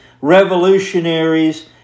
revolutionaries